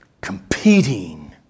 Competing